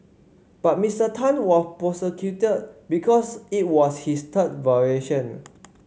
but Ms Tan were prosecuted because it was his third violation